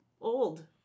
old